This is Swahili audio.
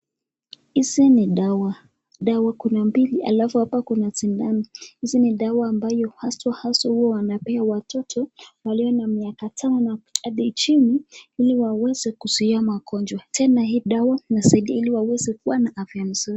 Hizi ni dawa kunambili ambazo, haswa haswa Huwa wanapewa watoto walio na miaka Tano Hadi chini ili waweze kuzuia makojoo tena hii dawa inasaidia kuwa na afya nzuri.